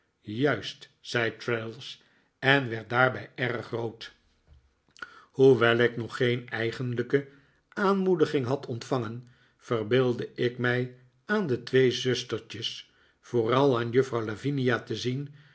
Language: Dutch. juist zei traddles en werd daarbij erg rood hoewel ik nog geen eigenlijke aanmoediging had ontvangen verbeeldde ik mij aan de twee zustertjes vooral aan juffrouw lavinia te zien